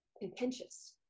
contentious